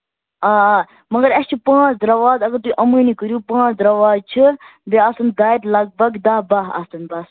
آ آ مَگر اَسہِ چھِ پانٛژھ دَروازٕ اَگر تُہۍ یِمنٕے کٔرِو پانٛژھ دروازٕ چھِ بیٚیہِ آسَن دارِ لگ بگ دَہ بَہہ آسَن بَس